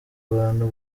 abantu